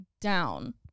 down